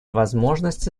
возможности